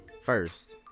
first